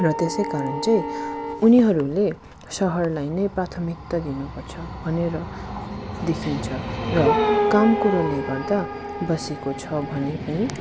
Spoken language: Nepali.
र त्यसै कारण चाहिँ उनीहरूले सहरलाई नै प्राथमिकता दिनुपर्छ भनेर देखिन्छ र काम कुरोले गर्दा बसेको छ भने पनि